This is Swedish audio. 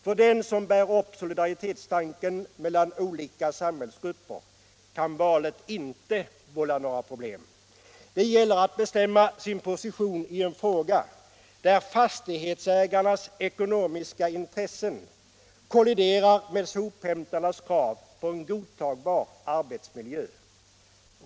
För den som bär upp solidaritetstanken mellan olika samhällsgrupper kan valet inte vålla några problem. Det gäller att bestämma sin position i en fråga där fastighetsägarnas ekonomiska intressen kolliderar med sophämtarnas krav på en godtagbar arbetsmiljö.